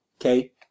Okay